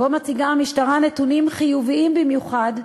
שבו מציגה המשטרה נתונים חיוביים במיוחד,